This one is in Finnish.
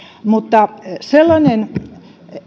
mutta sellainen